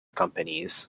companies